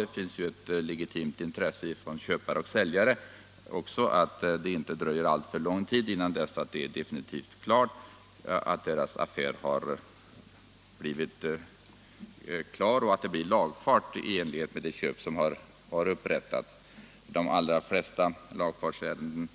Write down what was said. Det finns ett legitimt intresse från köpare och säljare att det inte dröjer alltför länge innan deras affär blivit definitivt klar och lagfart utfärdats i enlighet med det köpeavtal som upprättats. Och i de allra flesta lagfartsärenden